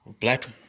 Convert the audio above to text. black